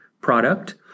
product